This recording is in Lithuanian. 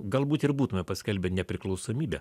galbūt ir būtume paskelbę nepriklausomybę